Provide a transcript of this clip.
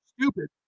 Stupid